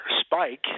spike